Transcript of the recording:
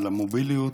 על ההובלה,